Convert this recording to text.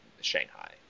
Shanghai